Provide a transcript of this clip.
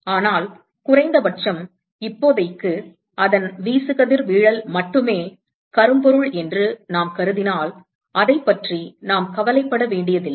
ஆனால் குறைந்த பட்சம் இப்போதைக்கு அதன் வீசுகதிர்வீழல் மட்டுமே கரும்பொருள் என்று நாம் கருதினால் அதைப் பற்றி நாம் கவலைப்பட வேண்டியதில்லை